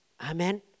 Amen